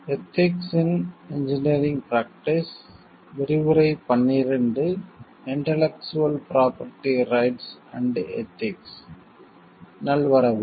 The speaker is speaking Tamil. நல்வரவு